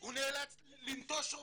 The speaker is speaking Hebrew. הוא נאלץ לנטוש רופאים,